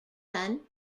run